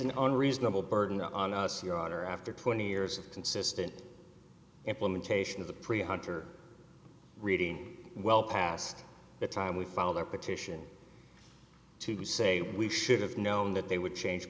an unreasonable burden on us your honor after twenty years of consistent implementation of the pre hunter reading well past the time we filed our petition to say we should've known that they would change